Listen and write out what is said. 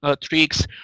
tricks